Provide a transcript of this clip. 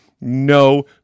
no